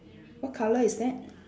what colour is that